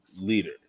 leader